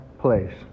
place